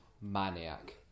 maniac